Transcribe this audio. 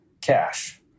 cash